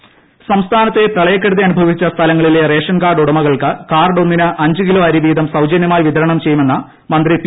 ട്ടടടടട ration card സംസ്ഥാനത്തെ പ്രളയക്കെടുതി അനുഭവിച്ച സ്ഥലങ്ങളിലെ റേഷൻ കാർഡ് ഉടമകൾക്ക് കാർഡൊന്നിന് അഞ്ച് കിലോ അരി വീതം സൌജന്യമായി വിതരണം ചെയ്യുമെന്ന് മന്ത്രി പി